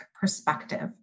perspective